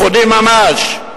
לכודים ממש.